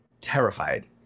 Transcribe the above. terrified